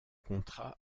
contrat